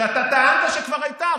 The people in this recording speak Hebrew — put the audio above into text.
שאתה טענת שכבר הייתה.